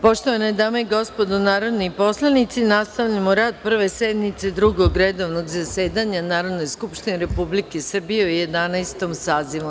Poštovane dame i gospodo narodni poslanici, nastavljamo rad Prve sednice Drugog redovnog zasedanja Narodne skupštine Republike Srbije u 2017 godini, u jedanaestom sazivu.